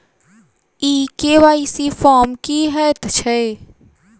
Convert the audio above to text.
ई KYC form की हएत छै?